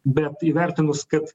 bet įvertinus kad